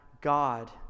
God